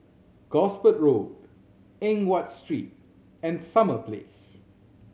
Gosport Road Eng Watt Street and Summer Place